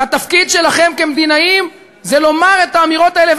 והתפקיד שלכם כמדינאים זה לומר את האמירות האלה.